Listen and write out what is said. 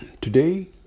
Today